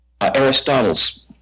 Aristotle's